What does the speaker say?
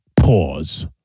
Pause